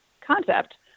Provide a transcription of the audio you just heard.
concept